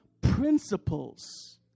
principles